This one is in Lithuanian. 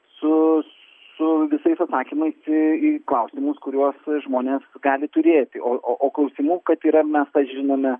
su su visais atsakymais į į klausimus kuriuos žmonės gali turėti o o o klausimų kad yra mes tą žinome